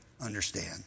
understand